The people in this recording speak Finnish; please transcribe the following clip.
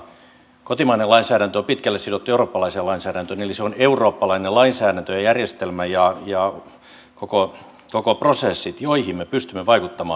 kotimainen lainsäädäntö on pitkälle sidottu eurooppalaiseen lainsäädäntöön eli se on eurooppalainen lainsäädäntöjärjestelmä ja koko prosessit joihin me pystymme vaikuttamaan